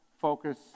focus